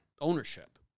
ownership